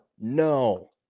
No